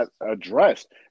Addressed